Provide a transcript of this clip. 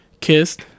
kissed